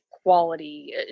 quality